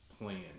plan